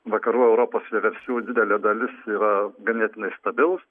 vakarų europos vieversių didelė dalis yra ganėtinai stabilūs